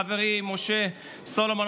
חברי משה סולומון,